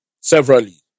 severally